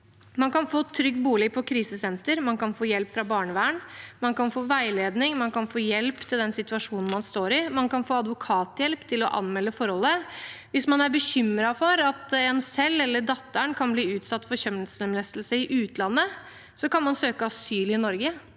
Man kan få en trygg bolig på krisesenter, man kan få hjelp fra barnevernet, man kan få veiledning, man kan få hjelp til den situasjonen man står i, man kan få advokathjelp til å anmelde forholdet. Hvis man er bekymret for at en selv eller datteren kan bli utsatt for kjønnslemlestelse i utlandet, kan man søke asyl i Norge.